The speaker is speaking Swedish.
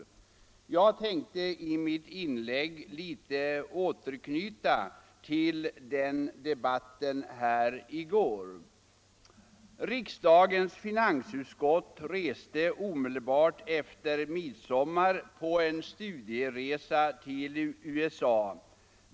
I mitt inlägg tänkte jag något återknyta till den debatt som fördes i går. Riksdagens finansutskott reste omedelbart efter midsommar på en studieresa till USA.